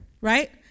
right